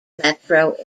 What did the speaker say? metro